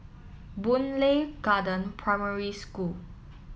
Boon Lay Garden Primary School